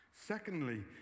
Secondly